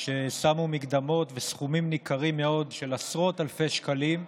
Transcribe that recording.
ששמו מקדמות בסכומים ניכרים מאוד של עשרות אלפי שקלים,